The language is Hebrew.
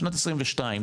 שנת 2022,